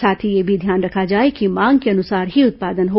साथ ही यह भी ध्यान रखा जाए कि मांग के अनुसार ही उत्पादन हो